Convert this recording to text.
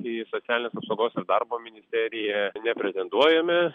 į socialinės apsaugos ir darbo ministeriją nepretenduojame